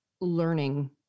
learning